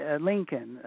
Lincoln